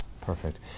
Perfect